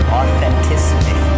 authenticity